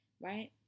right